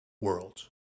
worlds